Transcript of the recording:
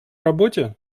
работе